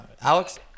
Alex